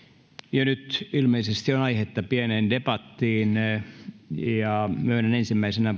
ja nyt ilmeisesti on aihetta pieneen debattiin myönnän ensimmäisenä